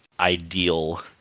ideal